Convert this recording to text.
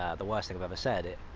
ah the worst thing i've ever said, it.